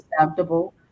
acceptable